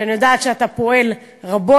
שאני יודעת שאתה פועל רבות,